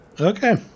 Okay